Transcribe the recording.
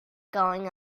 going